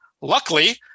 Luckily